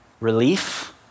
Relief